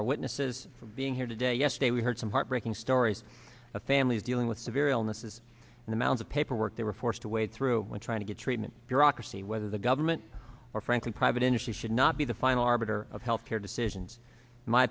our witnesses for being here today yesterday we heard some heartbreaking stories of families dealing with severe illnesses and amount of paperwork they were forced to wade through when trying to get treatment bureaucracy whether the government or frankly private industry should not be the final arbiter of health care decisions my